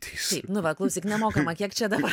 na va klausyk nemokama kiek čia dabar